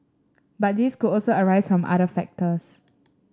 but these could also arise from other factors